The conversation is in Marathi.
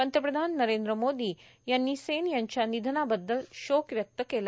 पंतप्रधान नरेंद्र मोदी यांनी सेन यांच्या निधनाबद्दल शोक व्यक्त केलं